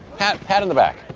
pat pat on the back.